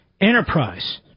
Enterprise